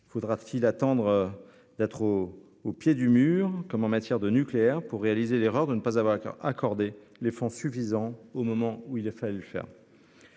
faudra-t-il attendre. D'être au au pied du mur, comme en matière de nucléaire. Pour réaliser l'erreur de ne pas avoir accordé les fonds suffisants au moment où il a fallu faire.